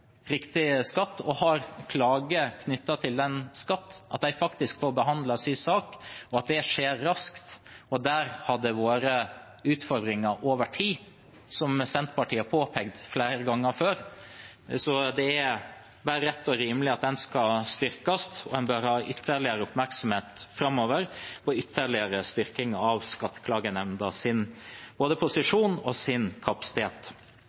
riktig skatt, og har klager knyttet til skatt, skal få behandlet sin sak, og at det skjer raskt. Dette har vært en utfordring over tid, som Senterpartiet har påpekt flere ganger før. Det er bare rett og rimelig at den skal styrkes. Man bør vie dette oppmerksomhet framover og ytterligere